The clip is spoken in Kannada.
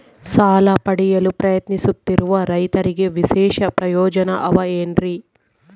ಸಾಲ ಪಡೆಯಲು ಪ್ರಯತ್ನಿಸುತ್ತಿರುವ ರೈತರಿಗೆ ವಿಶೇಷ ಪ್ರಯೋಜನ ಅವ ಏನ್ರಿ?